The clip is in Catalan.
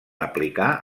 aplicar